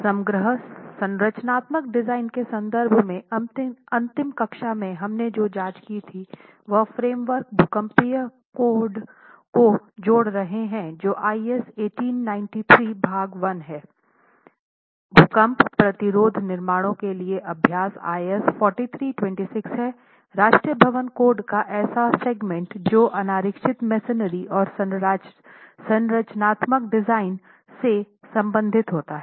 समग्र संरचनात्मक डिजाइन के संदर्भ में अंतिम कक्षा में हमने जो जांच की थी वह फ्रेमवर्क भूकंपीय कोड को जोड़ रहे हैं जो IS 1893 भाग 1 है भूकंप प्रतिरोधी निर्माणों के लिए अभ्यास IS 4326 है राष्ट्रीय भवन कोड का ऐसा सेगमेंट जो अनारक्षित मेसनरी और संरचनात्मक डिजाइन से संबंधित होता हैं